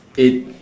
it